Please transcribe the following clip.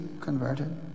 converted